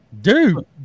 Dude